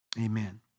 amen